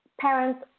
parents